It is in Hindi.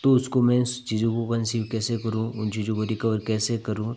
तो उसको मैं चीजों को कनसीव कैसे करूँ उन चीजों को रिकवर कैसे करूँ